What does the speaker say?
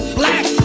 black